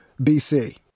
BC